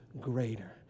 greater